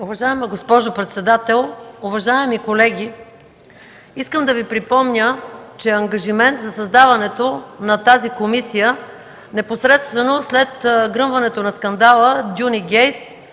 Уважаема госпожо председател, уважаеми колеги, искам да Ви припомня, че ангажимент за създаването на тази комисия, непосредствено след гръмването на скандала „Дюни гейт”